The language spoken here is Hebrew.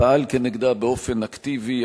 פעל כנגדה באופן אקטיבי.